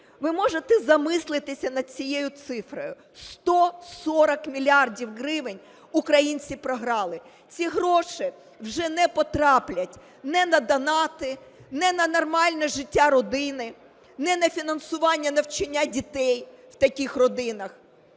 Ви можете замислитися над цією цифрою – 140 мільярдів гривень українці програли. Ці гроші вже не потраплять не на донати, не на нормальне життя родити, не на фінансування навчання дітей в таких родинах,